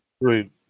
Right